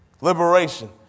liberation